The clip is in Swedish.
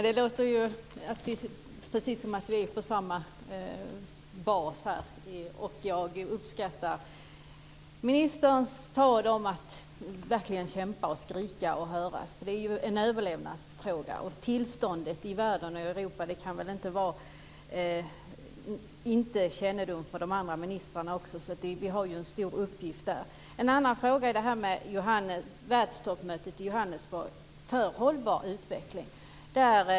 Herr talman! Det låter som om vi är på samma bas. Jag uppskattar statsministerns tal om att verkligen kämpa och skrika och höras. Det här är ju en överlevnadsfråga. Tillståndet i världen och Europa känner väl de övriga ministrarna också till. Vi har en stor uppgift där. En annan fråga gäller världstoppmötet i Johannesburg för hållbar utveckling.